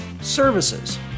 services